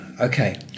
Okay